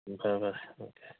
ꯎꯝ ꯐꯔꯦ ꯐꯔꯦ ꯑꯣꯀꯦ